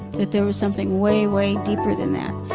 that there was something way way deeper than that.